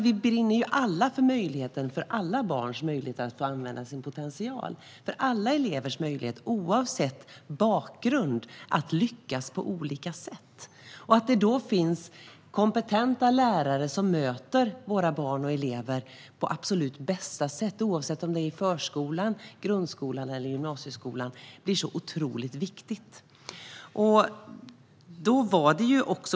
Vi brinner alla för alla barns möjlighet att använda sin potential och för alla elevers möjlighet att, oavsett bakgrund, lyckas på olika sätt. Att det då finns kompetenta lärare som möter våra barn och elever på absolut bästa sätt, oavsett om det är i förskolan, grundskolan eller gymnasieskolan, blir otroligt viktigt.